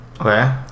Okay